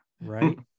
right